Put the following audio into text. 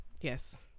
Yes